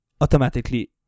automatically